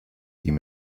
ihm